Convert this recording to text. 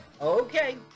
okay